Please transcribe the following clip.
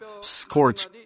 scorch